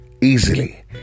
easily